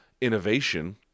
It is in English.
innovation